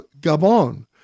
Gabon